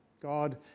God